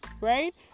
right